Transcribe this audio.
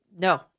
No